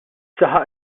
saħaq